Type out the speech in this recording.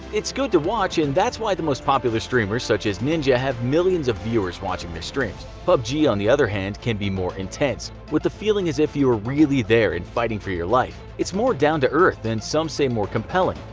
it's good to watch, and that's why the most popular streamers such as ninja have millions of viewers watching their streams. pubg on the other hand can be more intense, with a feeling as if you are really there and fighting for your life. it's more down to earth, and some say more compelling.